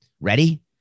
Ready